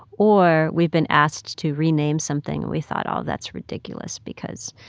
or we've been asked to rename something. and we thought, oh, that's ridiculous because,